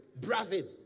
Bravin